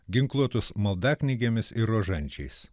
ginkluotus maldaknygėmis ir rožančiais